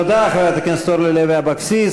תודה, חברת הכנסת אורלי לוי אבקסיס.